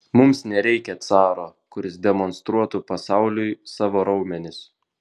mums nereikia caro kuris demonstruotų pasauliui savo raumenis